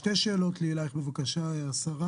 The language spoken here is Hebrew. שתי שאלות אלייך, השרה.